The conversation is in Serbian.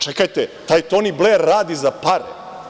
Čekajte, taj Toni Bler radi za pare.